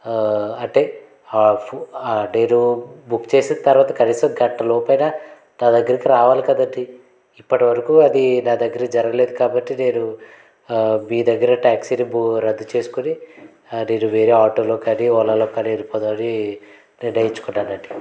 అంటే నేను బుక్ చేసిన తర్వాత కనీసం గంటలోపు అయినా నా దగ్గరికి రావాలి కదా అండి ఇప్పటివరకు అది నా దగ్గర జరగలేదు కాబట్టి నేను మీ దగ్గర ట్యాక్సీని రద్దు చేసుకుని నేను వేరే ఆటోలో కానీ ఓలాలో కానీ వెళ్ళిపోదామని నిర్ణయించుకున్నానండి